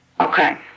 Okay